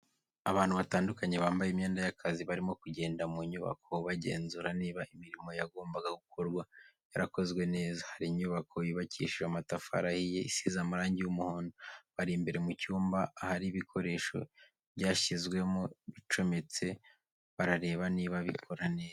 Abantu batandukanye bambaye imyenda y'akazi barimo kugenda mu nyubako bagenzura niba imirimo yagombaga gukorwa yarakozwe neza, hari inyubako yubakishije amatafari ahiye isize amarangi y'umuhondo, bari imbere mu cyumba ahari ibikoresho byashyizwemo bicometse barareba niba bikora neza.